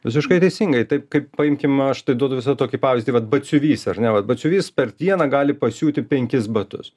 visiškai teisingai taip kaip paimkim aš tai duodu visada tokį pavyzdį vat batsiuvys ar ne vat batsiuvys per dieną gali pasiūti penkis batus